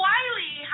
Wiley